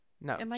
No